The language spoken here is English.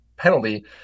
penalty